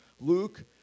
Luke